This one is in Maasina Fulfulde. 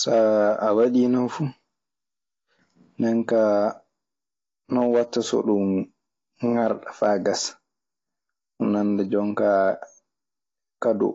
Saa waɗii non fuu, nden kaa non watta so ɗun ŋarɗa faa gasa, nannda jon kaa kadoo.